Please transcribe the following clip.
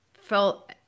felt